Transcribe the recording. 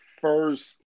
first –